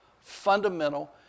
fundamental